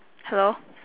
hello